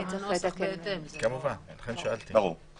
כמובן ישונה הנוסח בהתאם.